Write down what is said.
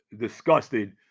disgusted